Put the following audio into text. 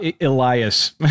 elias